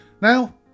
Now